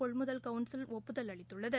கொள்முதல் கவுன்சில் ஒப்புதல் அளித்துள்ளது